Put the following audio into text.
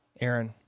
Aaron